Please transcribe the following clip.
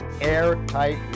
airtight